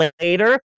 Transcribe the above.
later